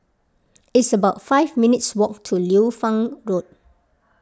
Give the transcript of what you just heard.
it's about five minutes' walk to Liu Fang Road